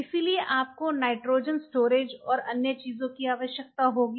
इसलिए आपको nitrogens storage और अन्य चीज़ों की आवश्यकता होगी